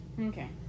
okay